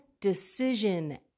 decision